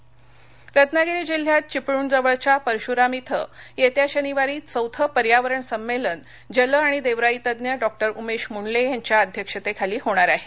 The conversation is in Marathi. पर्यावरण संमेलन रत्नागिरी रत्नागिरी जिल्ह्यात चिपळूणजवळच्या परशुराम इथं येत्या शनिवारी चौथं पर्यावरण संमेलन जल आणि देवराईतज्ज्ञ डॉक्टर उमेश मुंडल्ये यांच्या अध्यक्षतेखाली होणार आहे